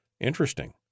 Interesting